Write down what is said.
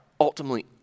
ultimately